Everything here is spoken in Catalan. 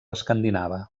escandinava